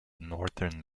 northern